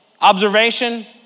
observation